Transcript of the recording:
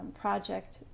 project